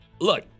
Look